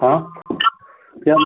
हाँ क्या